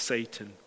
Satan